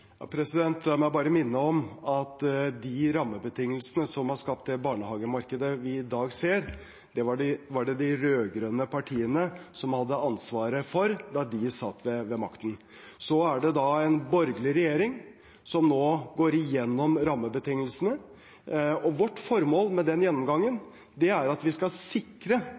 La meg bare minne om at de rammebetingelsene som har skapt det barnehagemarkedet vi i dag ser, var det de rød-grønne partiene som hadde ansvaret for da de satt ved makten. Så er det nå en borgerlig regjering som går gjennom rammebetingelsene. Vårt formål med den gjennomgangen er at vi skal sikre